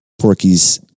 Porky's